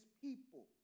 people